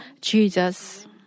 Jesus